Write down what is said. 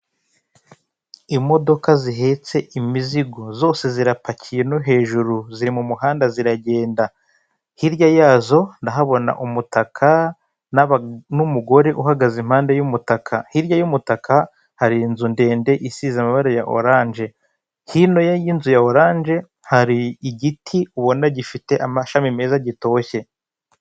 Imodoka zihetse imizigo, zose zirapakiye no hejuru, ziri mu muhanda ziragenda, hirya hazo, ndahabona umutaka n'aba n'umugore uhagaze impande y'umutaka, hirya y'umutaka hari inzu ndende isize amabara ya oranje, hirya y'inzu ya oranje hari igiti ubona gifite ashami meza, gitoshye.